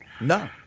No